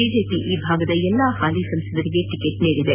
BJP ಈ ಭಾಗದ ಎಲ್ಲಾ ಹಾಲಿ ಸಂಸದರಿಗೆ ಟಿಕೆಟ್ ನೀಡಿದೆ